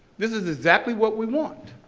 this is exactly what we want.